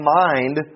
mind